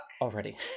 already